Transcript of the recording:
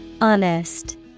Honest